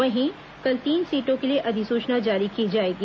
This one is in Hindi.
वहीं कल तीन सीटों के लिए अधिसूचना जारी की जाएगी